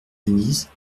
venise